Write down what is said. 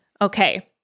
Okay